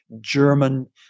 German